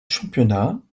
championnat